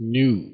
new